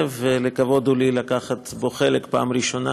ולכבוד הוא לי לקחת בו חלק בפעם הראשונה